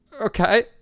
Okay